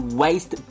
waste